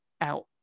out